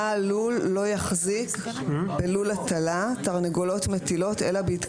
סנטימטרים רבועים לפחות לכל תרנגולת מטילה.